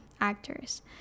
actors